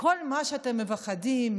וכל מה שאתם מפחדים,